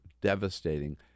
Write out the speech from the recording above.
devastating